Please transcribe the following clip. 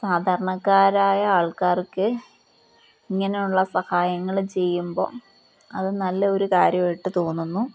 സാധാരണക്കാരായ ആൾക്കാർക്ക് ഇങ്ങനെയുള്ള സഹായങ്ങൾ ചെയ്യുമ്പോൾ അത് നല്ല ഒരു കാര്യമായിട്ട് തോന്നുന്നു